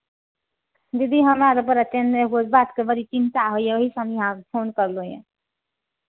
दीदी हमारा त बड़ा केन्ने गो एगो बात के बड़ी चिंता होइये ओही से हम अहाँके फोन करलौं यए